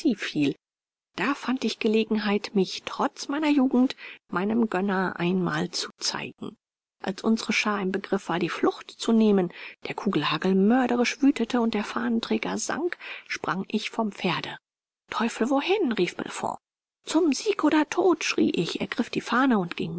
da fand ich gelegenheit mich trotz meiner jugend meinem gönner einmal zu zeigen als unsere schar im begriff war die flucht zu nehmen der kugelhagel mörderisch wütete und der fahnenträger sank sprang ich vom pferde teufel wohin rief bellefonds zum sieg oder tod schrie ich ergriff die fahne und ging